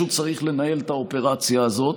מישהו צריך לנהל את האופרציה הזאת.